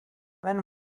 when